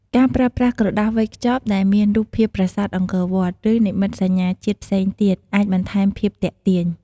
ការប្រើប្រាស់ ក្រដាសវេចខ្ចប់ដែលមានរូបភាពប្រាសាទអង្គរវត្ត ឬ និមិត្តសញ្ញាជាតិផ្សេងទៀត អាចបន្ថែមភាពទាក់ទាញ។